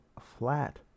flat